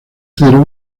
cero